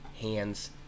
hands